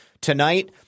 tonight